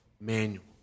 manual